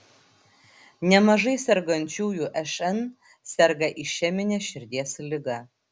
nemažai sergančiųjų šn serga išemine širdies liga